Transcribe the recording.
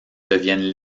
deviennent